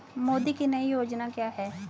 मोदी की नई योजना क्या है?